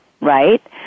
right